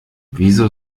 wieso